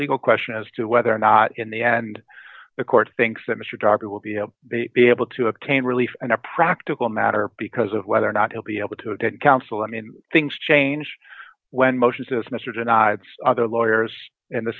legal question as to whether or not in the end the court thinks that mr dobbie will be able be able to obtain relief in a practical matter because of whether or not he'll be able to attend council i mean things change when motions as mr denied other lawyers and the